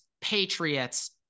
Patriots